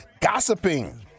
Gossiping